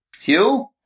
Hugh